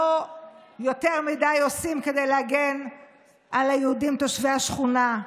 לא יותר מדי עושים כדי להגן על היהודים תושבי השכונה.